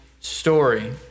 story